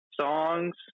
songs